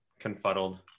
confuddled